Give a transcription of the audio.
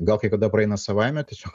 gal kai kada praeina savaime tiesiog